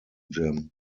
gym